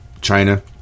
China